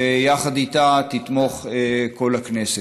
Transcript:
ויחד איתו תתמוך כל הכנסת.